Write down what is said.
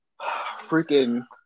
Freaking